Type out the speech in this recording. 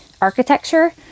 architecture